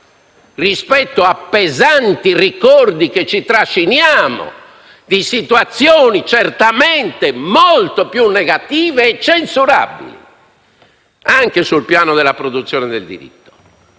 rispetto ai pesanti ricordi, che ci trasciniamo, di situazioni certamente molto più negative e censurabili sul piano della produzione del diritto.